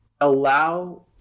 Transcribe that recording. allow